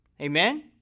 Amen